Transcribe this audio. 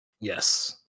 Yes